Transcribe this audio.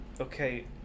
Okay